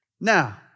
Now